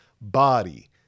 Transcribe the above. body